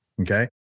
Okay